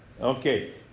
Okay